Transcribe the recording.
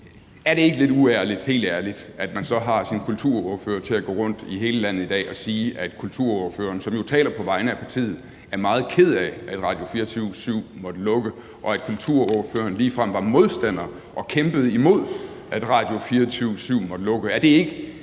Er det ikke lidt uærligt, helt ærligt, at man så har sin kulturordfører til at gå rundt i hele landet i dag og sige, at den kulturordfører, som jo taler på vegne af partiet, er meget ked af, at Radio24syv måtte lukke, og at kulturordføreren ligefrem var modstander og kæmpede imod, at Radio24syv måtte lukke? Er det ikke